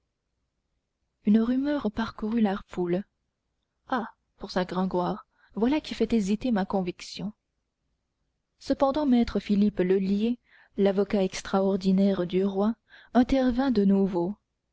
une rumeur parcourut la foule ah pensa gringoire voilà qui fait hésiter ma conviction cependant maître philippe lheulier l'avocat extraordinaire du roi intervint de nouveau